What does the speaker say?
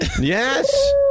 Yes